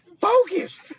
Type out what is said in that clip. Focus